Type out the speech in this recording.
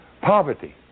poverty